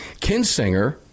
kinsinger